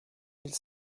mille